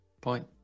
point